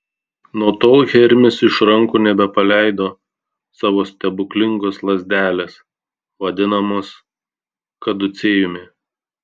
nuo tol hermis iš rankų nebepaleido savo stebuklingos lazdelės vadinamos kaducėjumi